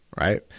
right